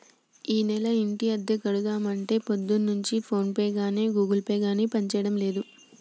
ఈనెల ఇంటి అద్దె కడదామంటే పొద్దున్నుంచి ఫోన్ పే గాని గూగుల్ పే గాని పనిచేయడం లేదు